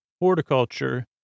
horticulture